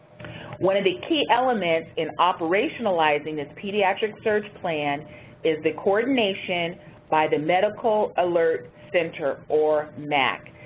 one of the key elements in operationalizing this pediatric surge plan is the coordination by the medical alert center, or mac,